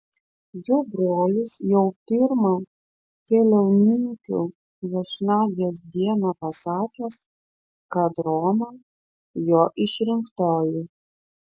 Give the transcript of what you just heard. jų brolis jau pirmą keliauninkių viešnagės dieną pasakęs kad roma jo išrinktoji